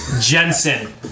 Jensen